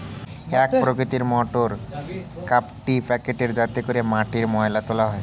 এক প্রকৃতির মোটর কাল্টিপ্যাকের যাতে করে মাটিতে ময়লা তোলা হয়